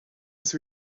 his